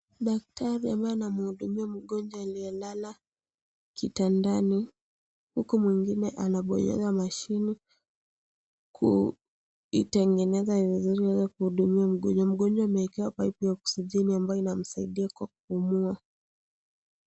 Daktari ambaye anamhudumia mgonjwa aliyelala kitandani huku mwingine anabonyeza mashini kuitengeneza vizuri iweze kuhudumia mgonjwa, mgonjwa ameekewa paipu ya oxigeni ambayo inamsaidia kwa kupumua.